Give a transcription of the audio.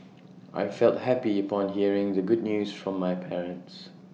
I felt happy upon hearing the good news from my parents